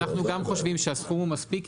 אנחנו גם חושבים שהסכום מספיק,